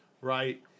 right